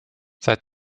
seit